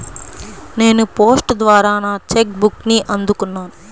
నేను పోస్ట్ ద్వారా నా చెక్ బుక్ని అందుకున్నాను